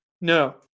no